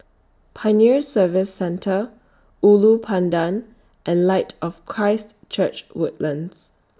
Pioneer Service Centre Ulu Pandan and Light of Christ Church Woodlands